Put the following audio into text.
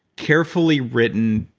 carefully written,